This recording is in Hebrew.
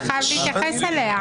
אתה חייב להתייחס אליה.